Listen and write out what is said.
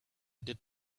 did